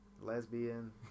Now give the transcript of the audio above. Lesbian